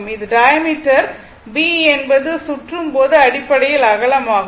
இது diameter b என்பது சுற்றும் போது அடிப்படையில் அகலம் ஆகும்